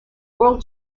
world